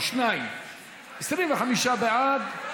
25 בעד.